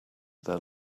their